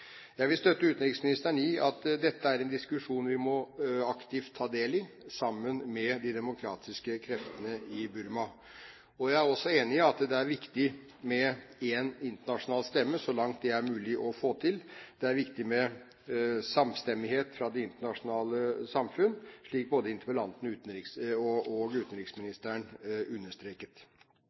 Jeg vil støtte utenriksministeren i at dette er en diskusjon vi må ta aktivt del i, sammen med de demokratiske kreftene i Burma. Jeg er også enig i at det er viktig med én internasjonal stemme, så langt det er mulig å få til. Det er viktig med samstemmighet fra det internasjonale samfunn, slik både interpellanten og utenriksministeren understreket.